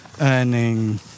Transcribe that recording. earning